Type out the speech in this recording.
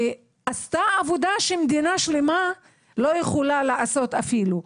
ועשתה עבודה שמדינה שלמה לא יכול לעשות אפילו.